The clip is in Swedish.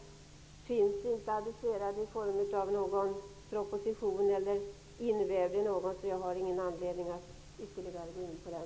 Någon behandling av den frågan i form av proposition är inte aviserad, och den är inte invävd i något annat sammanhang, varför jag inte har någon anledning att ytterligare gå in på den.